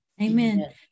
Amen